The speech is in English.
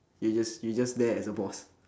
you're just you're just there as a boss